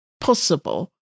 possible